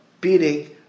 beating